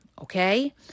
okay